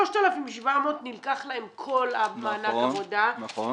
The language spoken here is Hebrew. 3,7000 נלקח להם כל מענק העבודה -- נכון, נכון.